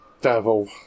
devil